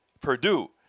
Purdue